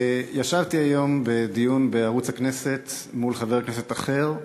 ישבתי היום בדיון בערוץ הכנסת מול חבר כנסת אחר,